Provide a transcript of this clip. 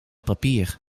papier